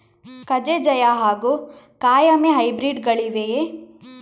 ಕಜೆ ಜಯ ಹಾಗೂ ಕಾಯಮೆ ಹೈಬ್ರಿಡ್ ಗಳಿವೆಯೇ?